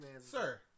Sir